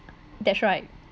that's right